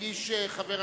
2001, נתקבלה.